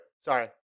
Sorry